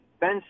Ben